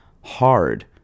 hard